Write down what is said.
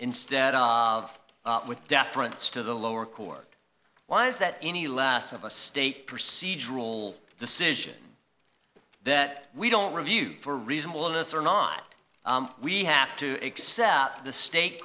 instead of with deference to the lower court why is that any less of a state procedural decision that we don't review for reasonableness or not we have to accept the state